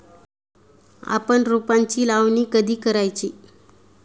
आपण रोपांची लावणी कधी करायची?